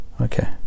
Okay